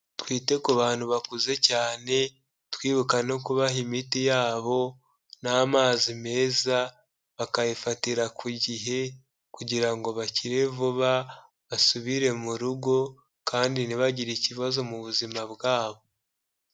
Twite ku bantu bakuze cyane twibuka no kubaha imiti yabo n'amazi meza bakayifatira ku gihe kugira ngo bakire vuba basubire mu rugo kandi ntibagire ikibazo mu buzima bwabo.